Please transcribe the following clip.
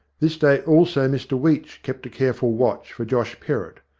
this day also mr weech kept a careful watch for josh perrott,